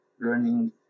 learning